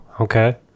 Okay